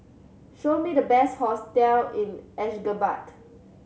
show me the best hotels in Ashgabat